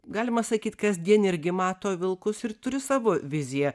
galima sakyt kasdien irgi mato vilkus ir turi savo viziją